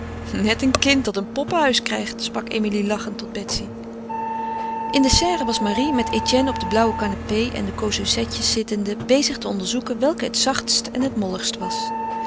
net een kind dat een poppenhuis krijgt sprak emilie lachend tot betsy in de serre was marie met etienne op de blauwe canapê en de causeusetjes zittende bezig te onderzoeken welke het zachtst en molligst was